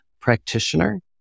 practitioner